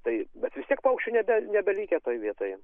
tai bet vis tiek paukščių nebe nebelikę toj vietoj